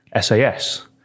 SAS